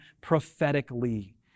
prophetically